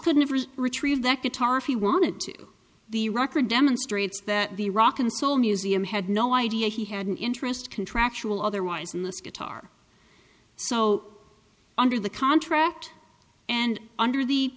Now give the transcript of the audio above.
could never retrieve that guitar if he wanted to the record demonstrates that the rock and soul museum had no idea he had an interest contractual otherwise in this guitar so under the contract and under the